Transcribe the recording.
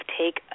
take